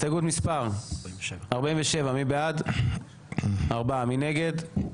הצבעה בעד, 4 נגד,